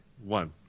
One